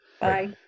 Bye